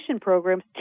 programs